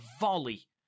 volley